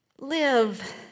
Live